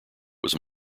was